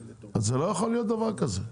אבל זה לא יכול להיות דבר כזה.